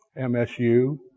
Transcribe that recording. MSU